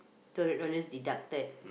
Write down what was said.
two hundred dollars deducted